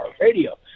radio